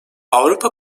avrupa